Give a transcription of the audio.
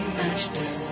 master